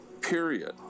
period